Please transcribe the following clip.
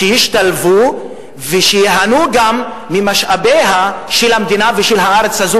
שישתלבו ושייהנו גם ממשאביה של המדינה ושל הארץ הזאת,